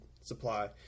supply